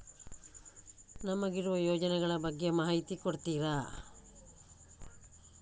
ನಮಗಿರುವ ಯೋಜನೆಗಳ ಬಗ್ಗೆ ಮಾಹಿತಿ ಕೊಡ್ತೀರಾ?